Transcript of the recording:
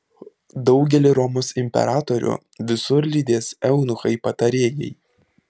daugelį romos imperatorių visur lydės eunuchai patarėjai